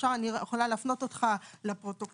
אני יכולה להפנות אותך לפרוטוקולים.